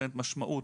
נותנת משמעות,